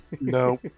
No